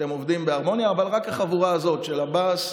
אתם עובדים בהרמוניה, אבל רק החבורה הזאת של עבאס,